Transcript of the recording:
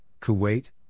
Kuwait